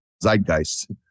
zeitgeist